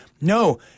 no